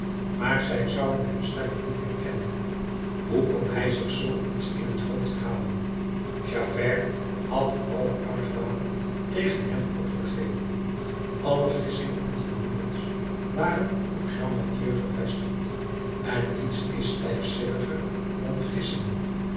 maar zij zouden hem stellig niet herkennen hoe kon hij zich zoo iets in t hoofd halen javert had allen argwaan tegen hem opgegeven alle gissingen en vermoedens waren op champmathieu gevestigd en niets is stijfzinniger dan